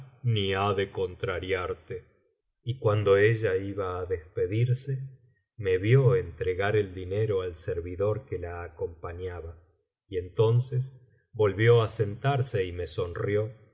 ni ha de contrariarte y cuando ella iba á despedirse me vio entregar el dinero al servidor que la acompañaba y entonces volvió á sentarse y me sonrió